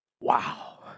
Wow